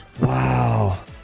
Wow